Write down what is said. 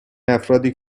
افرادی